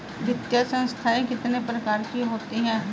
वित्तीय संस्थाएं कितने प्रकार की होती हैं?